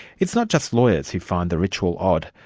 it's not just lawyers who find the ritual odd.